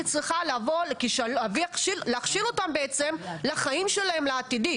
אני צריכה להכשיר אותם לחיים שלהם בעתיד.